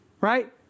right